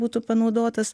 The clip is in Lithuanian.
būtų panaudotas